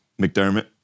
McDermott